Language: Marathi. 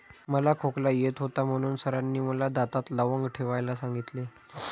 मला खोकला येत होता म्हणून सरांनी मला दातात लवंग ठेवायला सांगितले